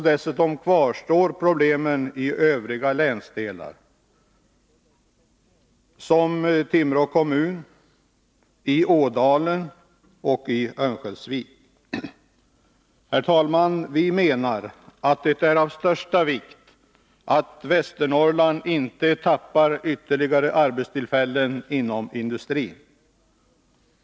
Dessutom kvarstår problemen i övriga länsdelar som i Timrå kommun, i Ådalen och i Örnsköldsvik. Herr talman! Vi menar att det är av största vikt att Västernorrland inte tappar ytterligare arbetstillfällen inom industrin.